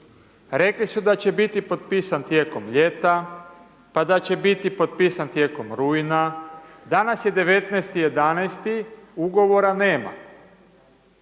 Rekli su da će biti potpisan tijekom ljeta, pa da će biti potpisan tijekom rujna, danas je 19.11., ugovora nema.